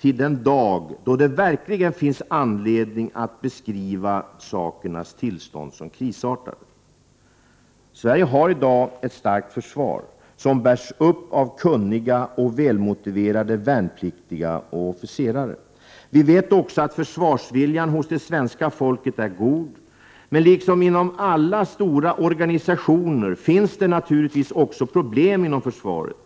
till den dag då det verkligen finns anledning att beskriva sakernas tillstånd som krisartade. Sverige har i dag ett starkt försvar, som bärs upp av kunniga och välmotiverade värnpliktiga och officerare. Vi vet också att försvarsviljan hos det svenska folket är god. Men liksom inom alla stora organisationer finns det naturligtvis också problem inom försvaret.